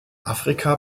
afrika